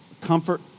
comfort